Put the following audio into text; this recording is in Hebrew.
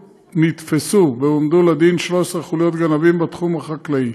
נתפסו והועמדו לדין 13 חוליות גנבים בתחום החקלאי.